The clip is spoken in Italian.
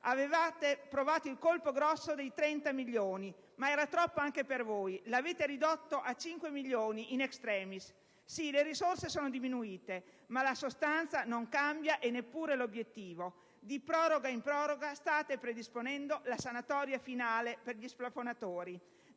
Avevate provato il colpo grosso dei 30 milioni, ma era troppo anche per voi; l'avete ridotto a 5 milioni, *in extremis*. Sì, le risorse sono diminuite, ma la sostanza non cambia e neppure l'obiettivo. Di proroga in proroga, state predisponendo la sanatoria finale per gli splafonatori.